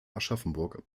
aschaffenburg